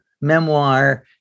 memoir